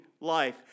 life